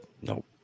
Nope